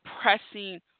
pressing